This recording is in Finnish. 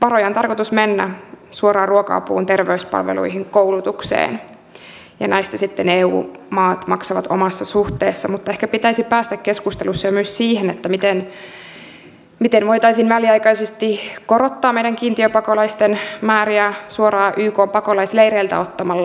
varoja on tarkoitus mennä suoraan ruoka apuun terveyspalveluihin koulutukseen ja näistä sitten eu maat maksavat omassa suhteessa mutta ehkä pitäisi päästä keskusteluissa jo myös siihen miten voitaisiin väliaikaisesti korottaa meidän kiintiöpakolaisten määriä suoraan ykn pakolaisleireiltä ottamalla